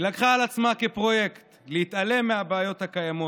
היא לקחה על עצמה כפרויקט להתעלם מהבעיות הקיימות,